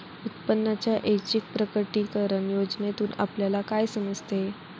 उत्पन्नाच्या ऐच्छिक प्रकटीकरण योजनेतून आपल्याला काय समजते?